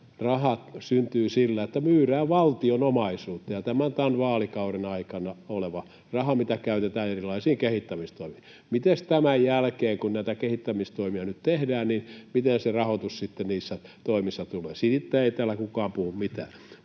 joka syntyy sillä, että myydään valtion omaisuutta, ja tämä on tämän vaalikauden aikana oleva raha, mitä käytetään erilaisiin kehittämistoimiin. Siitä, miten tämän jälkeen, kun näitä kehittämistoimia nyt tehdään, se rahoitus sitten niissä toimissa tulee, ei täällä kukaan puhu mitään.